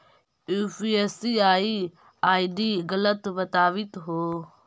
ई UPI ID गलत बताबीत हो